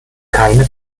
keine